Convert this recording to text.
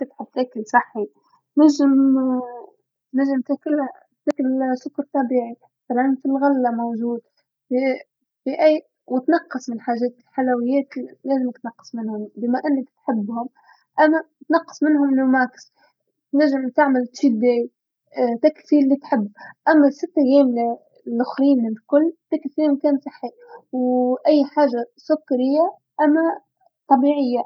ال-الأكل الصحي أو الطعام الصحي مو بالضرورة يكون فيه حرمان، إنت فيك تاكل كاربس ،تجدر تاكل اللبن، تجدر تاكل كل شي، لكن بالمعدل المظبوط اللي بجسمك بيحتاجه، مو إنك خلاص تحب السكريات ما فيك تبطلها لأ كل إشي إله قدر اللي جسمك بيحتاجة بس.